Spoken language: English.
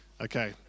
Okay